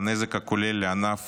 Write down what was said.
והנזק הכולל לענף